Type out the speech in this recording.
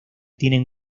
tienen